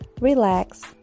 relax